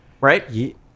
Right